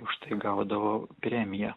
už tai gaudavo premiją